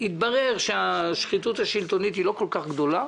התברר שהשחיתות השלטונית היא לא כל כך גדולה,